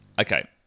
Okay